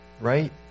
right